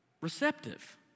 receptive